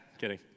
Kidding